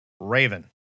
Raven